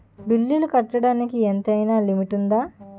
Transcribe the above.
బిల్లులు కట్టడానికి ఎంతైనా లిమిట్ఉందా?